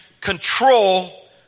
control